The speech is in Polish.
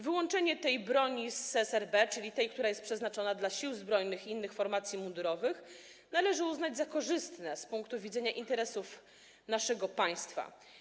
Wyłączenie tej broni z SRB, tej, która jest przeznaczona dla Sił Zbrojnych i innych formacji mundurowych, należy uznać za korzystne z punktu widzenia interesów naszego państwa.